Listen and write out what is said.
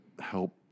help